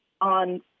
on